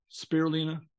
spirulina